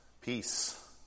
peace